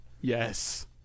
Yes